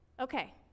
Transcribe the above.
okay